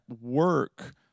work